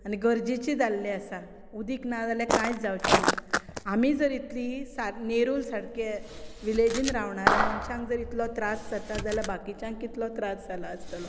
आनी गरजेची जाल्ले आसात उदक ना जाल्यार कांयच जांवचे ना आमी जर इतली नेरुल सारकें विलेजीन रावण्यांऱ्या मनशांक जर इतलो त्रास जाता जाल्यार बाकींच्याक कितलो त्रास जाला आसतलो